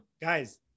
guys